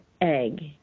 egg